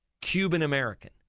Cuban-American